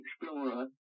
explorer